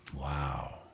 wow